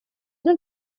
not